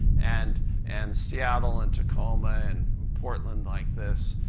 and and seattle and tacoma and portalnd like this,